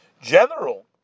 general